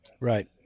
Right